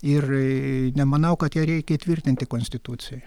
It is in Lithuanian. ir e nemanau kad ją reikia įtvirtinti konstitucijoje